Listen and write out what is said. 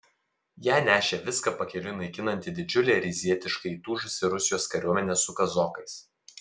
ją nešė viską pakeliui naikinanti didžiulė rytietiškai įtūžusi rusijos kariuomenė su kazokais